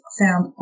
found